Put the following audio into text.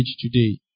today